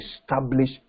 establish